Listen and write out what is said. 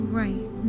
right